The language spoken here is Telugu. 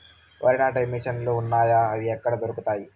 వరి నాటే మిషన్ ను లు వున్నాయా? అవి ఎక్కడ దొరుకుతాయి?